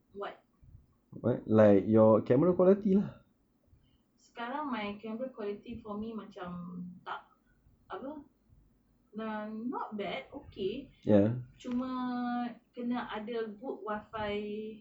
what sekarang my camera quality for me macam tak apa uh not bad okay cuma kena ada good wi-fi